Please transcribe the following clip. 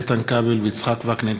איתן כבל ויצחק וקנין.